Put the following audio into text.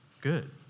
good